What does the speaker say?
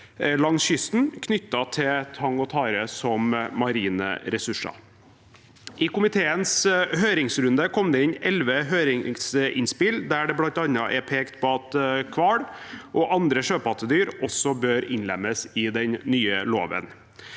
langs kysten knyttet til tang og tare som marine ressurser. I komiteens høringsrunde kom det inn elleve høringsinnspill, der det bl.a. blir pekt på at hval og andre sjøpattedyr også bør innlemmes i den nye loven.